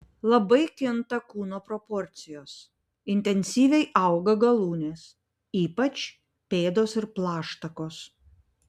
labai kinta kūno proporcijos intensyviai auga galūnės ypač pėdos ir plaštakos